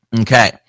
okay